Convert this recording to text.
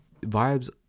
vibes